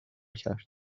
کرد